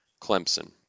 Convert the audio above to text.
Clemson